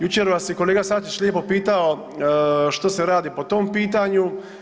Jučer vas je kolega Sačić lijepo pitao što se radi po tom pitanju?